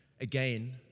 again